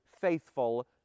faithful